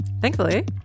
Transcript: Thankfully